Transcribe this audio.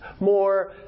more